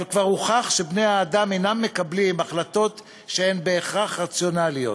אבל כבר הוכח שבני-האדם אינם מקבלים החלטות שהן בהכרח רציונליות,